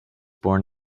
born